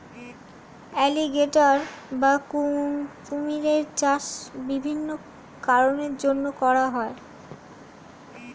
alligator বা কুমিরের চাষ বিভিন্ন কারণের জন্যে করা হয়